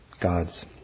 gods